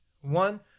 one